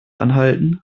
anhalten